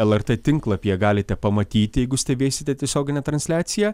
lrt tinklapyje galite pamatyti jeigu stebėsite tiesioginę transliaciją